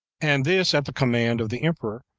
and this at the command of the emperor,